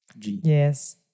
Yes